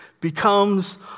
becomes